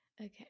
okay